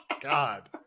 God